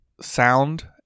sound